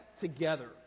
together